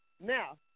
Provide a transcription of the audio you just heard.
Now